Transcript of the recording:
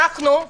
אבל